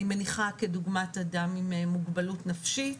אני מניחה כדוגמה אדם עם מוגבלות נפשית